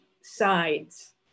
Sides